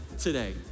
today